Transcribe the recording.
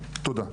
תודה.